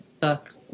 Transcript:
book